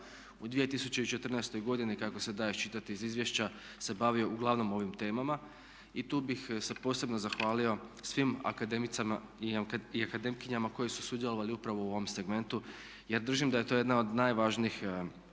u 2014. godini kako se da iščitati iz izvješća se bavi uglavnom ovim temama i tu bih se posebno zahvalio svim akademicima i akademkinjama koji su sudjelovali upravo u ovom segmentu jer držim da je to jedna od najvažnijh